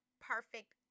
perfect